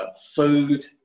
Food